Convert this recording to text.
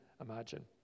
imagine